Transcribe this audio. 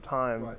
time